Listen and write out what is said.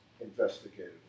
investigated